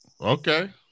Okay